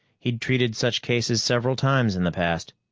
he'd treated such cases several times in the past.